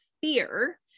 fear